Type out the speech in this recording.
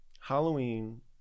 Halloween